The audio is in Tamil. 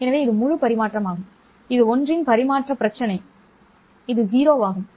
எனவே இது முழு பரிமாற்றமாகும் இது ஒன்றின் பரிமாற்ற பிரச்சினை இது 0 ஆகும்